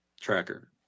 tracker